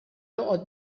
joqgħod